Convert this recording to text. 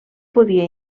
podia